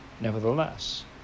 Nevertheless